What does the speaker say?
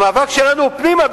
המאבק שלנו הוא פנימה,